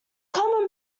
common